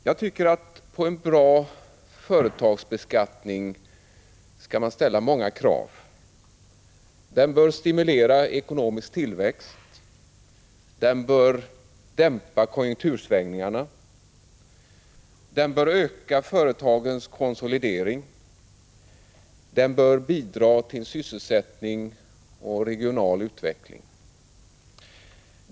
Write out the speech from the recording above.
Jag tycker att man på en bra företagsbeskattning skall ställa många krav. Den bör stimulera ekonomisk tillväxt, dämpa konjunktursvängningarna, öka företagens konsolidering och bidra till sysselsättning och regional utveckling.